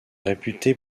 réputé